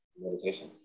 meditation